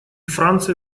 франция